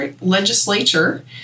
legislature